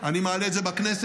אני מעלה את זה בכנסת,